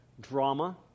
drama